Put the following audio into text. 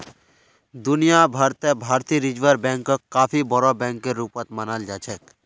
दुनिया भर त भारतीय रिजर्ब बैंकक काफी बोरो बैकेर रूपत मानाल जा छेक